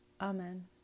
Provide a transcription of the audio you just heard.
Amen